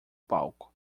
palco